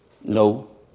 No